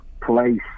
place